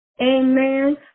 Amen